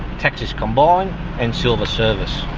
taxis combined and silver service.